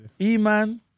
E-man